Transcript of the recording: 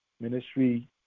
ministry